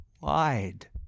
wide